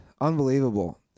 Unbelievable